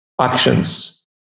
actions